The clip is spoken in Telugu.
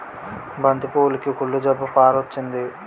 బంతి పువ్వులుకి కుళ్ళు జబ్బు పారొచ్చింది